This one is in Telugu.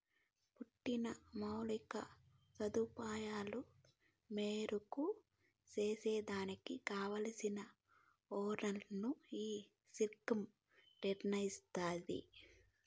పట్టిన మౌలిక సదుపాయాలు మెరుగు సేసేదానికి కావల్సిన ఒనరులను ఈ స్కీమ్ నిర్నయిస్తాది